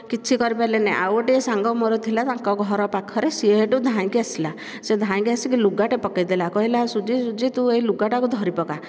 କିଛି କରିପାରିଲେନି ଆଉ ଗୋଟିଏ ମୋର ସାଙ୍ଗ ଥିଲା ତାଙ୍କ ଘର ପାଖରେ ସେ ସେଇଠୁ ଧାଇଁକି ଆସିଲା ସେ ଧାଇଁକି ଆସି ଲୁଗାଟିଏ ପକେଇଦେଲା କହିଲା ଶୁଚି ଶୁଚି ତୁ ଏଇ ଲୁଗାଟାକୁ ଧରିପକା